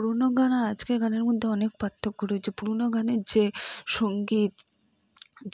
পুরোনো গান আর আজকের গানের মধ্যে অনেক পার্থক্য রয়েছে পুরোনো গানের যে সঙ্গীত